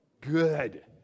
Good